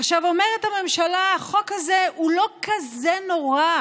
עכשיו, אומרת הממשלה: החוק הזה הוא לא כזה נורא,